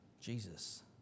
Jesus